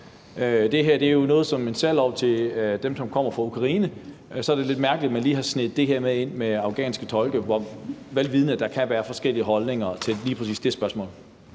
Det her er jo lavet som en særlov til dem, som kommer fra Ukraine, og så er det lidt mærkeligt, at man lige har sneget det her med afghanske tolke med ind, vel vidende at der kan være forskellige holdninger til lige præcis det spørgsmål.